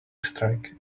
strike